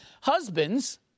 Husbands